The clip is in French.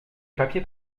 papier